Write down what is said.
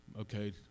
okay